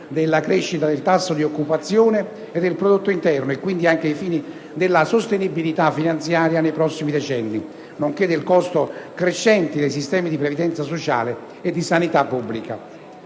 della crescita del tasso di occupazione e del prodotto interno e, quindi, anche ai fini della sostenibilità finanziaria, nei prossimi decenni, nonché del costo crescente dei sistemi di previdenza sociale e di sanità pubblica.